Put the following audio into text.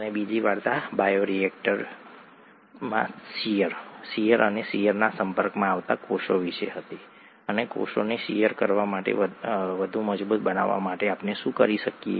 અને બીજી વાર્તા બાયોરિએક્ટરમાં શીયર શીયર અને શીયરના સંપર્કમાં આવતા કોષો વિશે હતી અને કોષોને શીયર કરવા માટે વધુ મજબૂત બનાવવા માટે આપણે શું કરી શકીએ